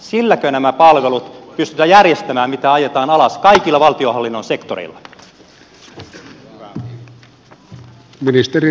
silläkö pystytään järjestämään nämä palvelut mitä ajetaan alas kaikilla valtionhallinnon sektoreilla